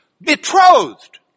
Betrothed